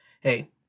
hey